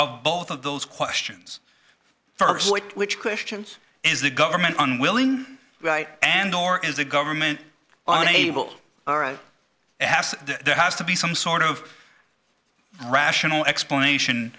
of both of those questions first which questions is the government unwilling right and nor is the government on a will have there has to be some sort of rational explanation